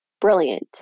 brilliant